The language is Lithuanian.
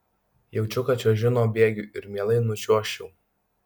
jaučiu kad čiuožiu nuo bėgių ir mielai nučiuožčiau